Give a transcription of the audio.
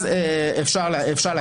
אז אפשר לעקל אותם.